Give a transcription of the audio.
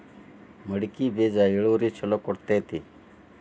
ಮಡಕಿ ಬೇಜ ಇಳುವರಿ ಛಲೋ ಕೊಡ್ತೆತಿ?